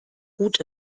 gut